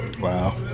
Wow